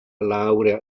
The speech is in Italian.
laurea